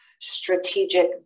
strategic